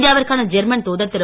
இந்தியாவிற்கான ஜெர்மன் தூதர் திரு